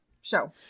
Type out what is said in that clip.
show